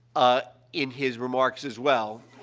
ah, in his remarks, as well.